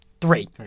three